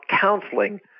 counseling